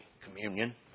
communion